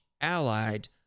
allied